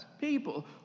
people